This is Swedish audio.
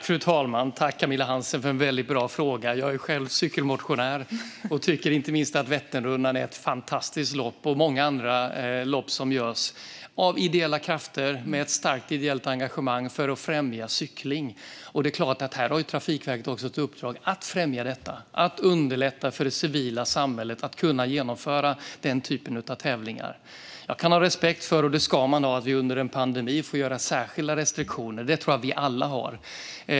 Fru talman! Tack, Camilla Hansén, för en väldigt bra fråga! Jag är själv cykelmotionär och tycker att inte minst Vätternrundan är ett fantastiskt lopp, liksom många andra lopp som arrangeras av ideella krafter med ett starkt engagemang för att främja cykling. Det är klart att Trafikverket också har ett uppdrag att främja detta och underlätta för det civila samhället att genomföra den typen av tävlingar. Jag kan ha respekt - det ska man ha - för att vi under en pandemi får införa särskilda restriktioner; det tror jag att vi alla har.